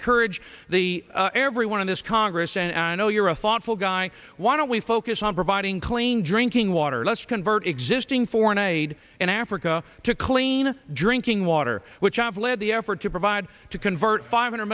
encourage the everyone in this congress and i know you're a thoughtful guy why don't we focus on providing clean drinking water let's convert existing foreign aid in africa to clean drinking water which have led the effort to provide to convert five hundred